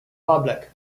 public